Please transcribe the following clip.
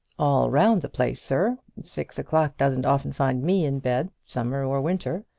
all round the place, sir. six o'clock doesn't often find me in bed, summer or winter.